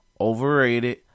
overrated